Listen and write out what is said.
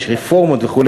יש רפורמות וכו'